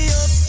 up